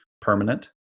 permanent